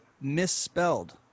misspelled